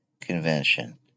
Convention